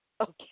Okay